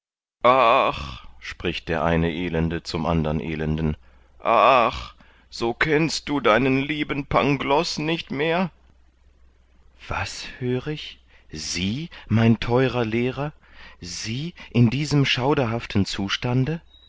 spricht der eine elende zum andern elenden ach so kennst du deinen lieben pangloß nicht mehr was hör ich sie mein theurer lehrer sie in diesem schauderhaften zustande